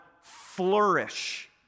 flourish